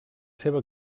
seva